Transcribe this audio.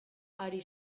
ari